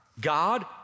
God